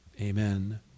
Amen